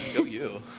go you.